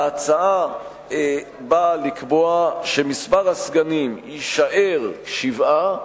ההצעה באה לקבוע שמספר הסגנים יישאר שבעה,